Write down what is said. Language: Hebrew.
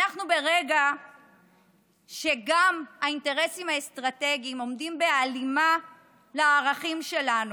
אנחנו ברגע שגם האינטרסים האסטרטגיים עומדים בהלימה לערכים שלנו,